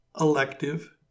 elective